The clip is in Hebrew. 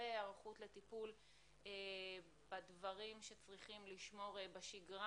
והיערכות לטיפול בדברים שצריכים לשמור בשגרה,